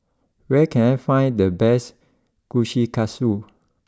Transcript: where can I find the best Kushikatsu